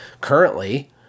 currently